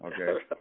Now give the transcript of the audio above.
Okay